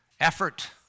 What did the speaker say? effort